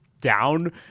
down